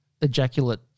ejaculate